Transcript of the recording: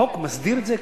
החוק מסדיר את זה,